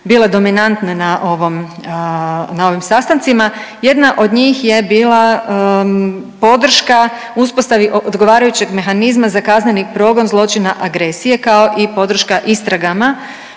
bile dominantne na ovom, na ovim sastancima. Jedna od njih je bila podrška uspostavi odgovarajućeg mehanizma za kazneni progon zločina agresije, kao i podrška istragama